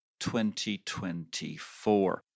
2024